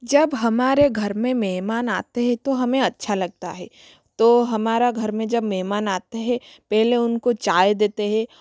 जब हमारे घर में मेहमान आते है तो हमें अच्छा लगता है तो हमारा घर में जब मेहमान आते है पहले उनको चाय देते है